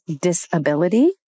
disability